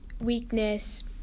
weakness